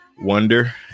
Wonder